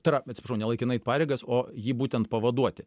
tai yra atsiprašau ne laikinai pareigas o jį būtent pavaduoti